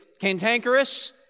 cantankerous